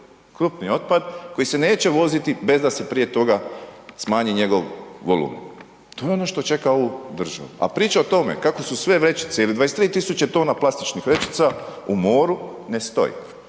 Krupni otpad koji se neće voziti bez da se prije toga smanji njegov volumen, to je ono što čeka ovu državi a priča o tome kako su sve vrećice ili 23 000 tona plastičnih vrećica u moru, ne stoji.